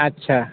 अच्छा